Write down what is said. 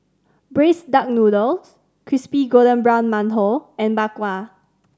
braised duck noodles crispy golden brown mantou and Bak Kwa